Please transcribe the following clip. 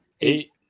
Eight